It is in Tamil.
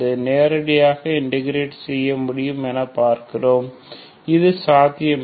நேரடியாக இன்டகிரேட் செய்யமுடியுமா என பார்க்கிறோம் இது சாத்தியமில்லை